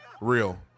real